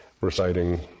reciting